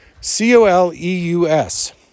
C-O-L-E-U-S